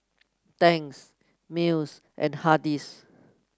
Tangs Miles and Hardy's